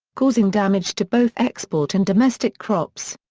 causing damage to both export and domestic crops.